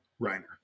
Reiner